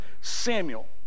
Samuel